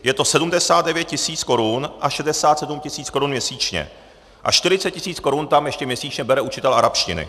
Je to 79 tisíc korun a 67 tisíc korun měsíčně a 40 tisíc korun tam ještě měsíčně bere učitel arabštiny.